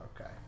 Okay